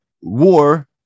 war